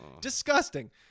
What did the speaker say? Disgusting